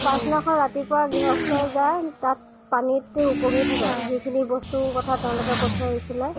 পাছদিনাখন ৰাতিপুৱাই গৃহস্থই যায় তাত পানীত উপঙি থাকে যিখিনি বস্তুৰ কথা তেওঁলোকে কৈ থৈ আহিছিলে